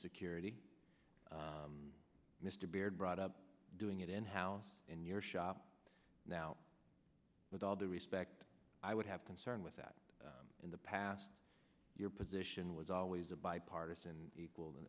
security mr baird brought up doing it in house in your shop now with all due respect i would have concern with that in the past your position was always a bipartisan